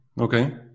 okay